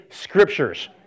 scriptures